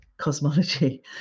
cosmology